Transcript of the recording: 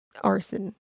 Arson